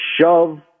shove